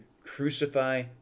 crucify